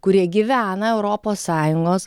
kurie gyvena europos sąjungos